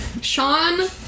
Sean